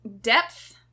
depth